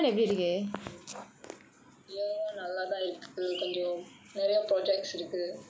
வாழ்க்க வேலை நல்லதா இருக்கு கொஞ்சம் நிறையா:vaalka vela nallathaa irukku konjam niraiyaa projects இருக்கு:irukku